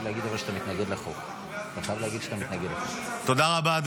תודה רבה.